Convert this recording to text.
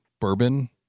Bourbon